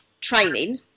training